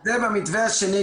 בשביל זה במתווה השני,